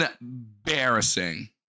Embarrassing